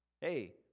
hey